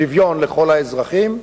שוויון לכל האזרחים,